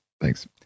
Thanks